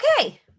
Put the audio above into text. Okay